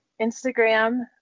Instagram